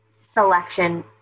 selection